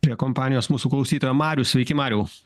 prie kompanijos mūsų klausytojam marius sveiki mariau